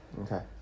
Okay